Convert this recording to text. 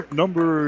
number